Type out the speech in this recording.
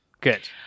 Good